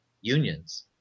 unions